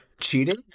Cheating